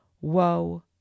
woe